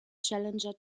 challenger